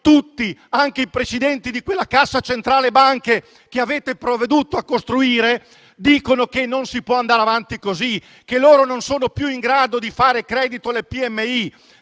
tutti, anche i presidenti di quella Cassa centrale banca che avete provveduto a costruire, dicono che non si può andare avanti così, che non sono più in grado di fare credito alle PMI.